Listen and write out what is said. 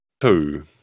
two